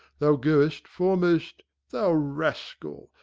thou go'st foremost thou rascal,